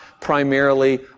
primarily